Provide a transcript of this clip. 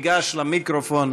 ייגש למיקרופון